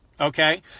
okay